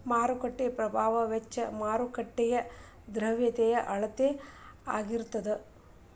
ಮಾರುಕಟ್ಟೆ ಪ್ರಭಾವ ವೆಚ್ಚ ಮಾರುಕಟ್ಟೆಯ ದ್ರವ್ಯತೆಯ ಅಳತೆಯಾಗಿರತದ